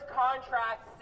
contract